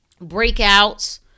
breakouts